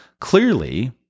Clearly